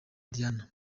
diana